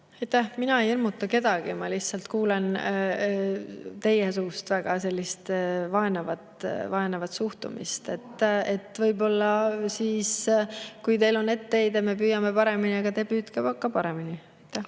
Mina ei hirmuta kedagi. Ma lihtsalt kuulen teie suust väga sellist vaenavat suhtumist. Võib-olla, kui teil on etteheide, me püüame paremini, aga te püüdke ka paremini.